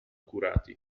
curati